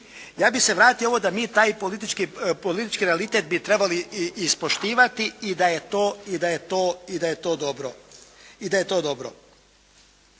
ja bi se vratio ovo da mi taj politički realitet bi trebali ispoštivati i da je to dobro.